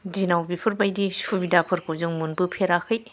दिनाव बेफोर बायदि सुबिदाफोरखौ जों मोनबो फेराखै